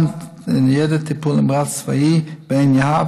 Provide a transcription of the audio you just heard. גם ניידת טיפול נמרץ צבאי בעין יהב,